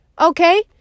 okay